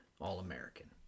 All-American